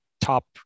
top